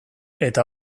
eta